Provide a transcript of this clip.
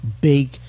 big